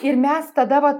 ir mes tada vat